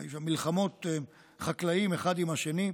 והיו שם מלחמות של חקלאים אחד עם השני.